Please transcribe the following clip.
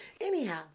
anyhow